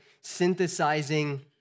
synthesizing